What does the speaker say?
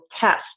test